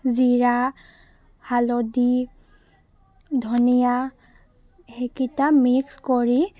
জিৰা হালধি ধনিয়া সেইকেইটা মিক্স কৰি